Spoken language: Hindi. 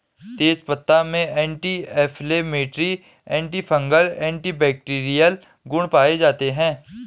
तेजपत्ता में एंटी इंफ्लेमेटरी, एंटीफंगल, एंटीबैक्टिरीयल गुण पाये जाते है